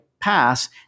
pass